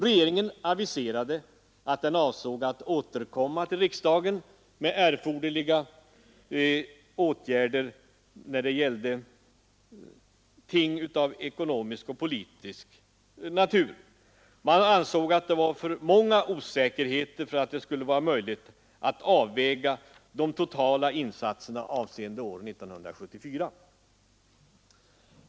Regeringen aviserade att den avsåg att återkomma till riksdagen med förslag om erforderliga åtgärder när det gällde ting av ekonomisk och politisk natur. Man ansåg att alltför många slag av osäkerhet fanns för att det skulle vara möjligt att avväga de totala insatserna avseende år 1974.